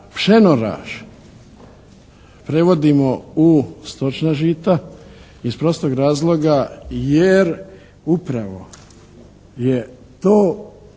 pšeno raž prevodimo u stočna žita iz prostog razloga jer upravo je to nešto